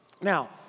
Now